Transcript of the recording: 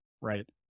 right